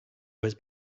was